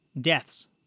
deaths